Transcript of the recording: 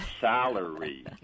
salary